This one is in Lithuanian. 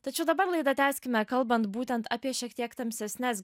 tačiau dabar laidą tęskime kalbant būtent apie šiek tiek tamsesnes